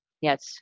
yes